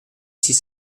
six